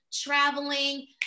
traveling